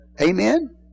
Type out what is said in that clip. Amen